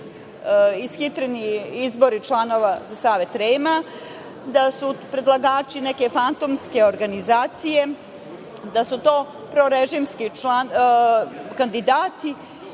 ishitreni izbori članova za Savet REM, da su predlagači neke fantomske organizacije, da su to prorežimski kandidati.